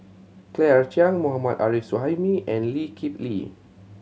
Claire Chiang Mohammad Arif Suhaimi and Lee Kip Lee